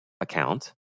account